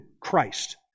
Christ